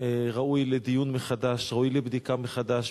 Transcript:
ראוי לדיון מחדש, ראוי לבדיקה מחדש.